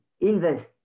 invest